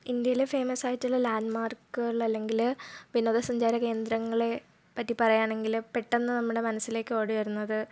ഇന്ത്യയിലെ ഫേമസ് ആയിട്ടുള്ള ലാൻഡ് മാർക്കുകൾ അല്ലെങ്കിൽ വിനോദസഞ്ചാര കേന്ദ്രങ്ങളെ പറ്റി പറയുകയാണെങ്കിൽ പെട്ടെന്ന് നമ്മുടെ മനസ്സിലേക്ക് ഓടി വരുന്നത്